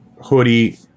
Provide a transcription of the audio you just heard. hoodie